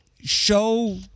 show